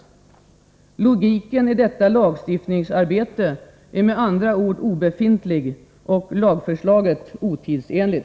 Logiken i detta lagstiftningsarbete är med andra ord obefintlig, och lagförslaget är otidsenligt.